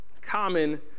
common